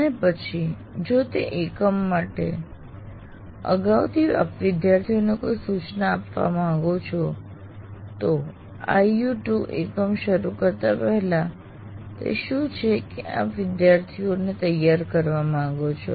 અને પછી જો તે એકમ માટે અગાઉથી આપ વિદ્યાર્થીઓને કોઈ સૂચનાઓ આપવા માંગો છો તો IU2 એકમ શરૂ કરતા પહેલા તે શું છે કે આપ આપના વિદ્યાર્થીઓને તૈયાર કરવા માંગો છો